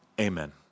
amen